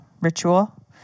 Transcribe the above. ritual